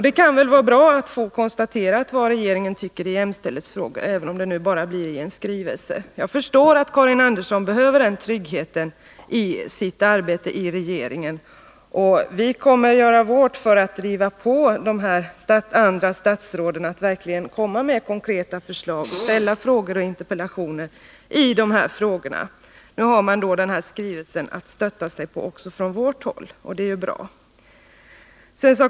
Det kan väl vara bra att få konstaterat vad regeringen tycker i jämställdhetsfrågor, även om det nu bara blir i en skrivelse. Jag förstår att Karin Andersson behöver den tryggheten i sitt arbete i regeringen. Vi kommer att göra vårt för att driva på de andra statsråden att verkligen framlägga konkreta förslag genom att ställa frågor och interpellationer i de här ärendena. Nu har vi också regeringsskrivelsen att stötta oss på, och det är ju bra.